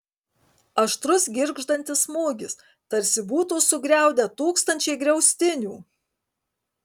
aštrus girgždantis smūgis tarsi būtų sugriaudę tūkstančiai griaustinių